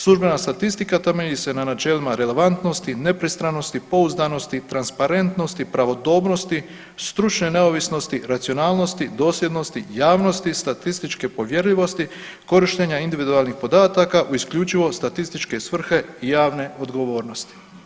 Službena statistika temelji se na načelima relevantnosti, nepristranosti, pouzdanosti, transparentnosti, pravodobnosti, stručne neovisnosti, racionalnosti, dosljednosti javnosti, statističke povjerljivosti, korištenja individualnih podataka u isključivo statističke svrhe javne odgovornosti.